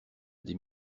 des